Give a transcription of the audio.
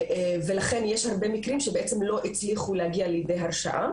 ולכן יש הרבה מקרים שלא הצליחו להגיע לידי הרשעה